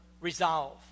resolve